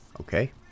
Okay